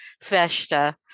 Festa